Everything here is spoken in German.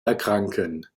erkranken